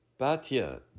Batya